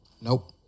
Nope